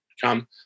come